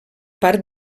part